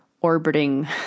orbiting